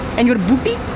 and your booty?